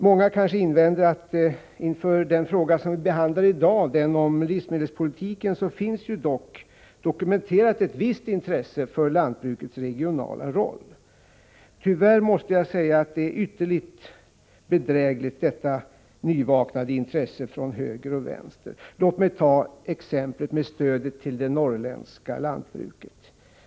Många kanske invänder att det inför den fråga vi behandlar i dag — den om livsmedelspolitik — ändå finns ett visst intresse dokumenterat för lantbrukets regionala roll. Tyvärr måste jag säga att detta nyvaknade intresse från höger och vänster är ytterligt bedrägligt. Låt mig ta exemplet med stödet till det norrländska lantbruket.